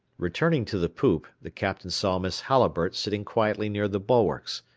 returning to the poop, the captain saw miss halliburtt sitting quietly near the bulwarks.